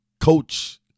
coach